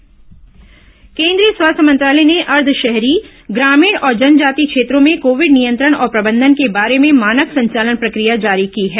स्वास्थ्य मंत्रालय एसओपी केन्द्रीय स्वास्थ्य मंत्रालय ने अर्ध शहरी ग्रामीण और जनजातीय क्षेत्रों में कोविड नियंत्रण और प्रबंधन के बारे में मानक संचालन प्रक्रिया जारी की है